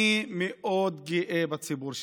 אני מאוד גאה בציבור שלנו,